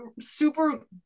super